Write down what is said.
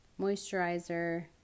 moisturizer